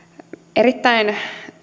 erittäin